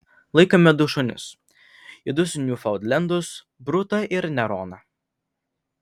laikome du šunis juodus niufaundlendus brutą ir neroną